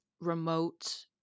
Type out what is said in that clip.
remote